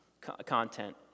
content